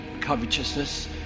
covetousness